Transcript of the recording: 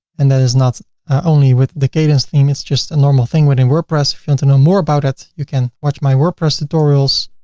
and that is not only with the kadence theme, it's just a normal thing within wordpress. if you want and to know more about it, you can watch my wordpress tutorials.